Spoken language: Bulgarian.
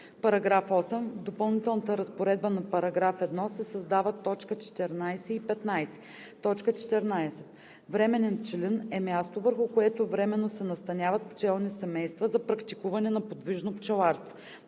§ 8: „§ 8. В допълнителната разпоредба, в § 1 се създават т. 14 и 15: „14. „Временен пчелин“ е място, върху което временно се настаняват пчелни семейства за практикуване на подвижно пчеларство.